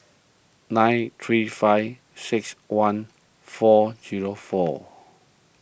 nine three five six one four zero four